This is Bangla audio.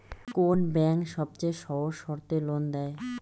কোন ব্যাংক সবচেয়ে সহজ শর্তে লোন দেয়?